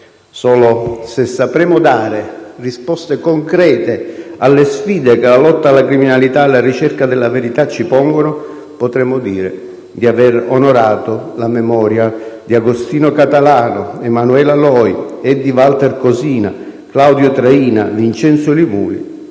Solo se sapremo dare risposte concrete alle sfide che la lotta alla criminalità e la ricerca della verità ci pongono, potremo dire di aver onorato la memoria di Agostino Catalano, Emanuela Loi, Eddie Walter Cosina, Claudio Traina, Vincenzo Li Muli